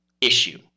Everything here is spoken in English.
issue